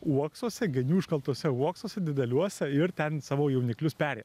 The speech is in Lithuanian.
uoksuose genių iškaltuose uoksuose dideliuose ir ten savo jauniklius peri